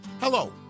Hello